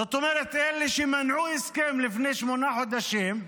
זאת אומרת, אלה שמנעו הסכם לפני שמונה חודשים,